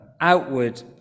outward